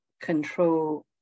control